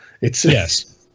Yes